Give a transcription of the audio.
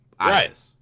Right